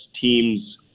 teams